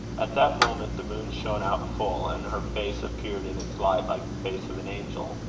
at that moment, the moon shone out full, and her face appeared in its light like the face of an angel.